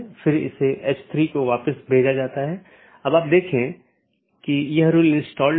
जैसा कि हमने देखा कि रीचैबिलिटी informations मुख्य रूप से रूटिंग जानकारी है